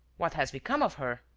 what has become of her?